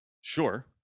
sure